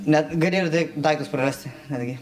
net gali ir taip daiktus prarasti netgi